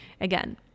again